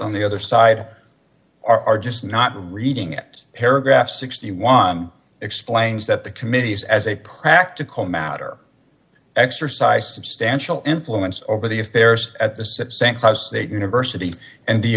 on the other side are just not reading at paragraph sixty one explains that the committees as a practical matter exercised substantial influence over the affairs at the house that university and the